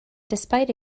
despite